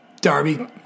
Darby